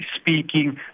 speaking